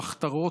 במחתרות,